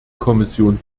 kommission